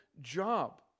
job